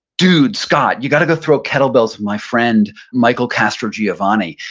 dude, scott, you gotta go throw kettlebells with my friend michael castrogiovanni.